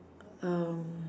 um